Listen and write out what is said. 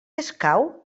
escau